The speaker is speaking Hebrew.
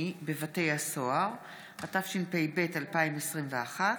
התשפ"ב 2021,